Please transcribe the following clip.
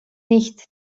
nicht